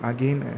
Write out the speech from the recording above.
Again